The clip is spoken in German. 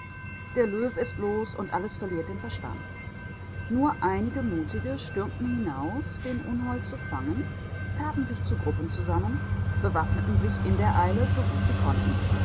der löw ist los und alles verliert den verstand nur einige mutige stürmten hinaus den unhold zu fangen taten sich zu gruppen zusammen bewaffneten sich in der eile so gut sie konnten